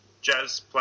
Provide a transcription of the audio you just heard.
jazz